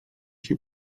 się